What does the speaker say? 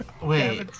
Wait